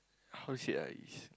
how should I